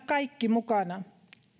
kaikki mukana